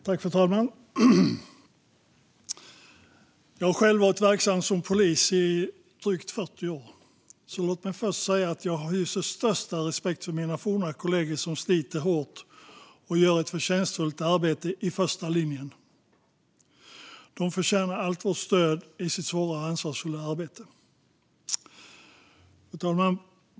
Fru talman! Jag har själv varit verksam som polis i drygt 40 år, så låt mig först säga att jag hyser den största respekt för mina forna kollegor som sliter hårt och gör ett förtjänstfullt arbete i första linjen. De förtjänar allt vårt stöd i sitt svåra och ansvarsfulla arbete. Fru talman!